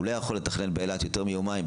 הוא לא יכול לתכנן באילת יותר מיומיים,